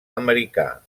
americà